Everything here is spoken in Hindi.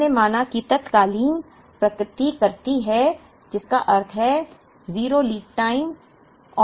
हमने माना कि तात्कालिक प्रतिकृति है जिसका अर्थ है 0 लीड टाइम समय है